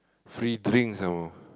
free drink some more